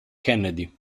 kennedy